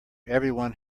everyone